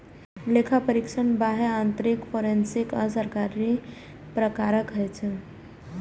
लेखा परीक्षक बाह्य, आंतरिक, फोरेंसिक आ सरकारी प्रकारक होइ छै